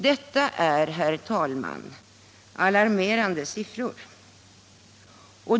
Detta är, herr talman, alarmerande siffror.